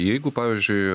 jeigu pavyzdžiui